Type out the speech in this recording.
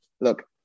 look